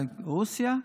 לרוסיה,